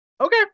Okay